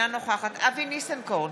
אינה נוכחת אבי ניסנקורן,